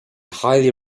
highly